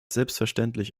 selbstverständlich